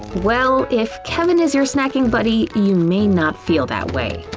well, if kevin is your snacking buddy, you may not feel that way.